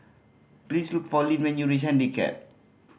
please look for Lyn when you reach Handicap